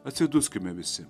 atsiduskime visi